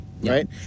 Right